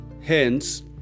Hence